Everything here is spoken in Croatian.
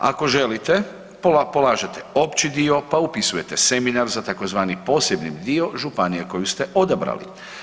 Ako želite polažete opći dio, pa upisujete seminar za tzv. posebni dio županije koju ste odabrali.